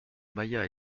maya